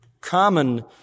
common